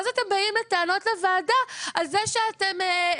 ואז אתם באים בטענות לוועדה על זה שאתם,